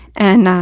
and, ah,